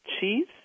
cheese